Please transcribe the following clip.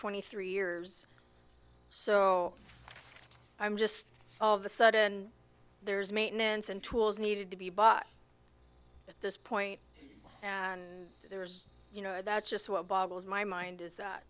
twenty three years so i'm just all of a sudden there's maintenance and tools needed to be bought at this point and there's you know that's just what boggles my mind is